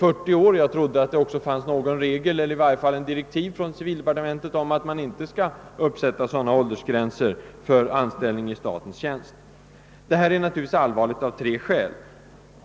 40 år. Jag trodde att det också fanns direktiv från civildepartementet om att det inte skall sättas upp sådana åldersgränser för anställning i statens tjänst. Det inträffade är allvarligt av tre skäl: 1.